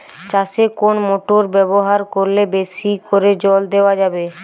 চাষে কোন মোটর ব্যবহার করলে বেশী করে জল দেওয়া যাবে?